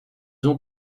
ont